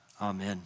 Amen